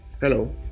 hello